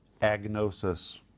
Agnosis